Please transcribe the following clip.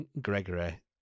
Gregory